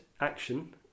action